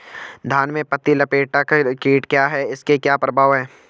धान में पत्ती लपेटक कीट क्या है इसके क्या प्रभाव हैं?